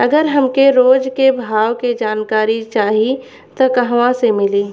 अगर हमके रोज के भाव के जानकारी चाही त कहवा से मिली?